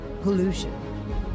pollution